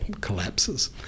collapses